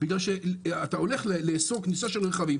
בגלל שאתה הולך לאסור כניסה של רכבים,